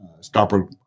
stopper